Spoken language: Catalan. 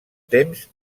temps